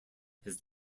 his